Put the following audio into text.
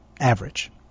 Average